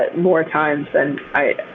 but more times than i,